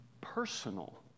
personal